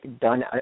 done